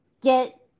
get